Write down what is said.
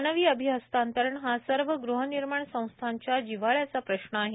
मानवी अभिहस्तांतरण हा सर्व गृहनिर्माण संस्थांच्या जिव्हाळ्याचा प्रश्न आहे